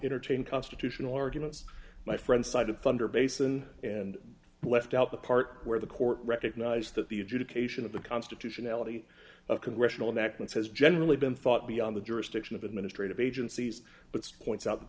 entertain constitutional arguments my friend side of thunder basin and left out the part where the court recognized that the adjudication of the constitutionality of congressional enactment has generally been thought beyond the jurisdiction of administrative agencies but squints out that